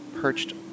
perched